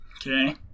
Okay